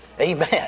Amen